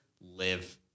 live